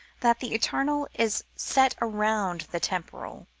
that the eternal is set around the temporal,